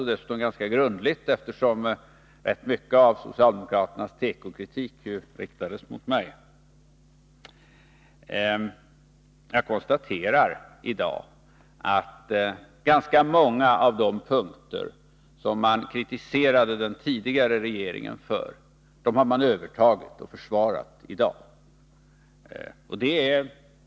Det har jag gjort ganska grundligt, eftersom rätt mycket av socialdemokraternas tekokritik riktades mot mig. Jag konstaterar i dag att ganska många av de punkter som man kritiserade den tidigare regeringen för har man nu övertagit och försvarar.